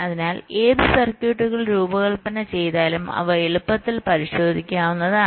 അതിനാൽ ഏത് സർക്യൂട്ടുകൾ രൂപകൽപ്പന ചെയ്താലും അവ എളുപ്പത്തിൽ പരിശോധിക്കാവുന്നതാണ്